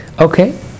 Okay